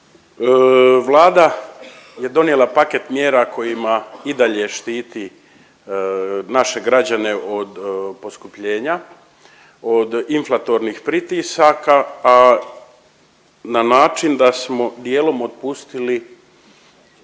Vlada je donijela paket mjera kojima i dalje štiti naše građane od poskupljenja, od inflatornih pritisaka a na način da smo dijelom otpustili